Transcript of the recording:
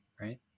right